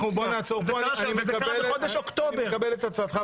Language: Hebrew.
וזה קרה בחודש אוקטובר.